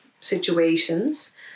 situations